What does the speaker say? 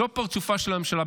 זו פרצופה של הממשלה.